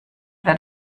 wird